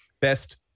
Best